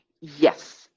Yes